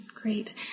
Great